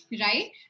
right